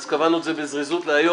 אז קבענו את זה בזריזות להיום.